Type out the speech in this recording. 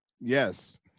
Yes